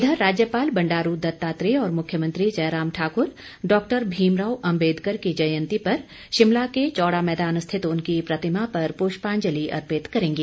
इधर राज्यपाल बंडारू दत्तात्रेय और मुख्यमंत्री जयराम ठाकुर डॉक्टर भीमराव अम्बेदकर की जयंती पर शिमला के चौड़ा मैदान स्थित उनकी प्रतिमा पर पुष्पाजंलि अर्पित करेंगे